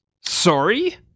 Sorry